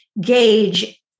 gauge